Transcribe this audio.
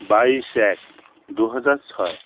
বাইশ এক দু হাজার ছয়